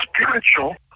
spiritual